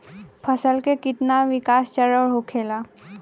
फसल के कितना विकास चरण होखेला?